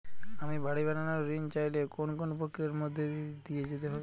আমি বাড়ি বানানোর ঋণ চাইলে কোন কোন প্রক্রিয়ার মধ্যে দিয়ে যেতে হবে?